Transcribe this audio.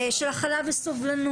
של הכלה וסובלנות,